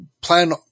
plan